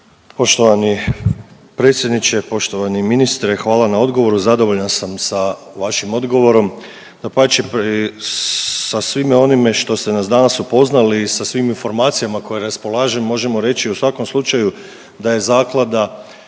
Poštovani predsjedniče, poštovani ministre, hvala na odgovoru. Zadovoljan sam sa vašim odgovorom, dapače i sa svime onime što ste nas danas upoznali i sa svim informacijama koje raspolažem možemo reći u svakom slučaju da je zaklada